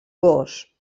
gos